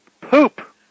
poop